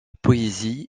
poésie